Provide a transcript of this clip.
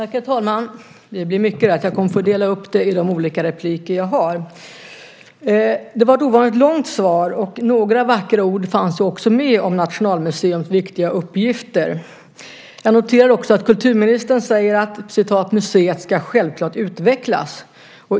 Herr talman! Det blir mycket att säga här, så jag kommer att få dela upp det i mina inlägg. Det var ett ovanligt långt svar, och några vackra ord fanns också med om Nationalmuseums viktiga uppgifter. Jag noterar också att kulturministern säger att museet självklart ska utvecklas.